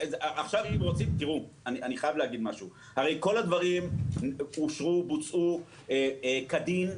כל הדברים שאושרו בוצעו כדין.